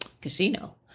casino